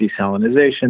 desalinization